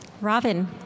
Robin